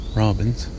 robins